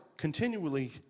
Continually